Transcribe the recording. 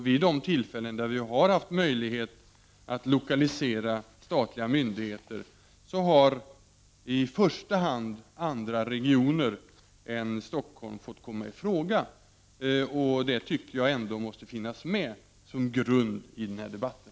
Vid de tillfällen då vi har haft möjlighet att lokalisera statliga myndigheter har i första hand andra regioner än Stockholm fått komma i fråga. Det tycker jag ändå måste finnas med som grund i den här debatten.